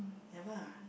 never ah